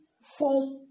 form